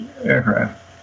aircraft